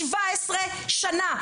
17 שנה.